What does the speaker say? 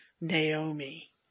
Naomi